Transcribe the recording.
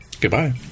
Goodbye